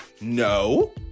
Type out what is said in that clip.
no